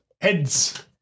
heads